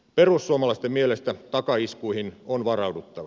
perussuomalaisten mielestä takaiskuihin on varauduttava